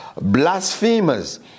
blasphemers